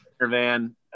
van